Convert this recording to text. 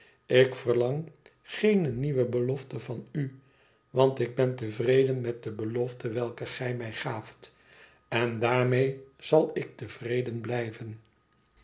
ik verlang geene nieuwe belofte van u want ik ben tevreden met de belofte welke gij mij gaaft en daarmee zal ik tevreden blijven